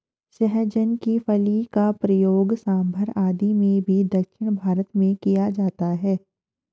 सहजन की फली का प्रयोग सांभर आदि में भी दक्षिण भारत में किया जाता है